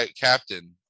captain